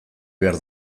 behar